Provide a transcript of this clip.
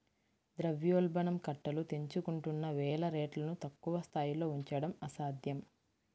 ద్రవ్యోల్బణం కట్టలు తెంచుకుంటున్న వేళ రేట్లను తక్కువ స్థాయిలో ఉంచడం అసాధ్యం